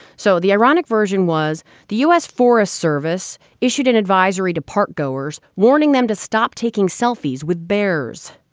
so the ironic version was the u s. forest service issued an and advisory to park goers warning them to stop taking selfies with bears.